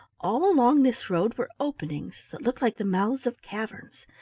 all along this road were openings that looked like the mouths of caverns,